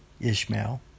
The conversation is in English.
Ishmael